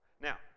Now